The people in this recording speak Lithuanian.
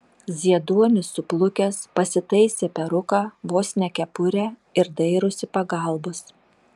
zieduonis suplukęs pasitaisė peruką vos ne kepurę ir dairosi pagalbos